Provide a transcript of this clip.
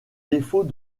défaut